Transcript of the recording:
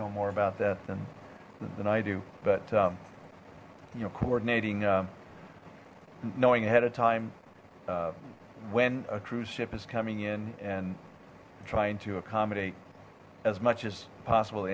know more about that than than i do but you know coordinating knowing ahead of time when a cruise ship is coming in and trying to accommodate as much as possible